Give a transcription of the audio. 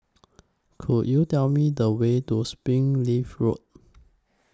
Could YOU Tell Me The Way to Springleaf Road